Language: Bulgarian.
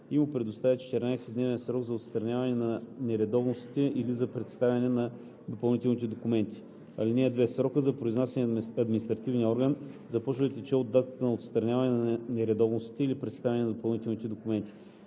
и му предоставя 14-дневен срок за отстраняване на нередовностите или за представяне на допълнителните документи. (2) Срокът за произнасяне на административния орган започва да тече от датата на отстраняване на нередовностите или представяне на допълнителните документи.